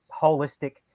holistic